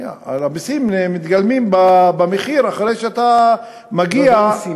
בסין מגלמים את המחיר אחרי שאתה מגיע, לא בסין.